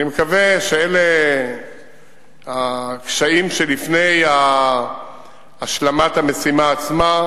אני מקווה שאלה הקשיים שלפני השלמת המשימה עצמה,